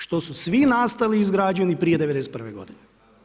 Što su svi nastali i izgrađeni prije '91. godine.